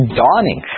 dawning